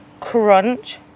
crunch